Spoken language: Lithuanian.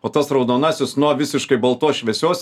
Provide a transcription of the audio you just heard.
o tas raudonasis nuo visiškai baltos šviesios